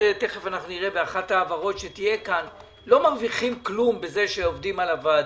לא מרוויחים כלום בזה ש"עובדים" על הוועדה.